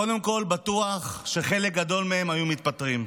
קודם כול, בטוח שחלק גדול מהם היו מתפטרים.